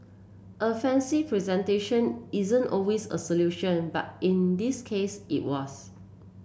a fancy presentation isn't always a solution but in this case it was